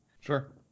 Sure